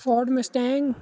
ford mustang